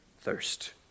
thirst